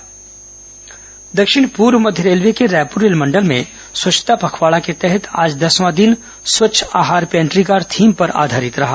स्वच्छता पखवाड़ा दक्षिण पूर्व मध्य रेलवे के रायपूर रेल मंडल में स्वच्छता पखवाड़ा के तहत आज दसवां दिन स्वच्छ आहार पेंट्रीकार थीम पर आधारित रहा